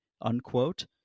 unquote